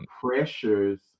pressures